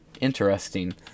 Interesting